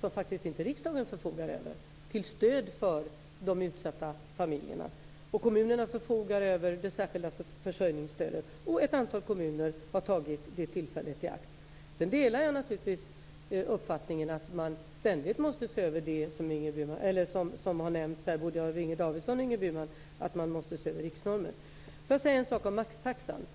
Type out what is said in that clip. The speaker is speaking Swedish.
som faktiskt inte riksdagen förfogar över till stöd för de utsatta familjerna. Kommunerna förfogar över det särskilda försörjningsstödet och ett antal kommuner har tagit det tillfället i akt. Sedan delar jag naturligtvis uppfattningen att man, som har nämnts av både av Inger Davidson och Ingrid Burman, ständigt måste se över riksnormen. Får jag säga något om maxtaxan.